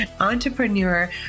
entrepreneur